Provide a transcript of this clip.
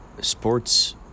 sports